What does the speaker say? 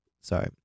sorry